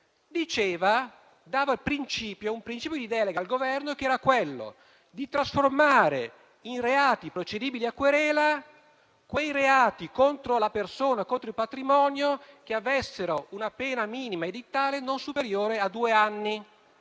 riforma dava un principio di delega al Governo: trasformare in reati procedibili a querela quelli contro la persona e il patrimonio che avessero una pena minima edittale non superiore a due anni,